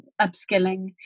upskilling